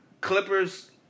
Clippers